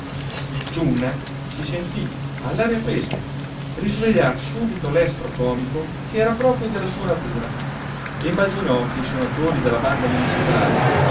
il ciunna si sentí all'aria fresca risvegliar subito l'estro comico che era proprio della sua natura e immaginò che i sonatori della banda municipale